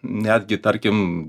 netgi tarkim